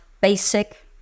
basic